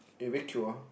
eh you very cute ah